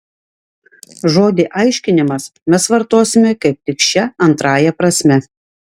žodį aiškinimas mes vartosime kaip tik šia antrąja prasme